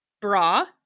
bra